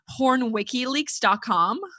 pornwikileaks.com